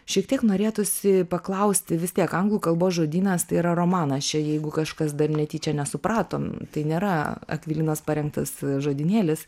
šiek tiek norėtųsi paklausti vis tiek anglų kalbos žodynas tai yra romanas čia jeigu kažkas dar netyčia nesupratom tai nėra akvilinos parengtas žodynėlis